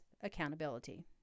accountability